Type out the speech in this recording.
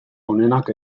honenak